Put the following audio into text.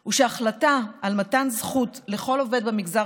הוא שההחלטה על מתן זכות לכל עובד במגזר